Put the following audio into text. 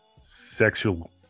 sexual